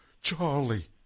Charlie